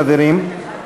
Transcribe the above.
חברים.